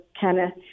Kenneth